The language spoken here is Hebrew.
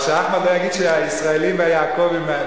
אבל שאחמד לא יגיד שהישראלים והיעקבים,